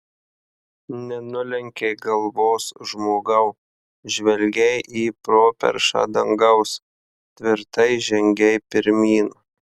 nenulenkei galvos žmogau žvelgei į properšą dangaus tvirtai žengei pirmyn